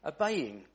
obeying